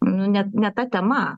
nu ne ta tema